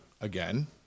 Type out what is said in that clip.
again